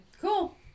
cool